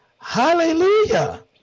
Hallelujah